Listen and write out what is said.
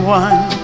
one